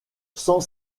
cent